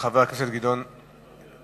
חבר הכנסת גדעון עזרא.